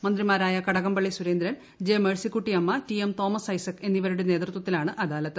മന്ത്രിമാരായ Kadakampally Surendran J Mercykutty Amma T M Thomas Isaac എന്നിവരുടെ നേതൃത്വത്തിലാണ് അദാലത്ത്